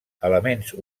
elements